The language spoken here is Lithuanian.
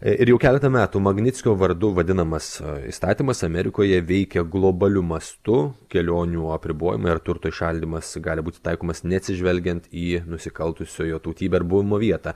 ir jau keletą metų magnickio vardu vadinamas įstatymas amerikoje veikia globaliu mastu kelionių apribojimai ar turto įšaldymas gali būti taikomas neatsižvelgiant į nusikaltusiojo tautybę ar buvimo vietą